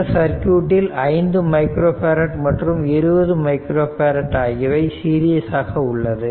இந்த சர்க்யூட்டில் 5 micro farad மற்றும் 20 மைக்ரோ ஃபேரட் ஆகியவை சீரியஸ் ஆக உள்ளது